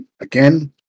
again